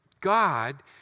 God